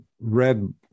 read